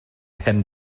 pen